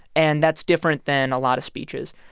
and that's different than a lot of speeches.